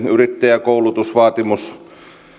yrittäjäkoulutusvaatimus